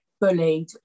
bullied